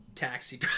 Taxi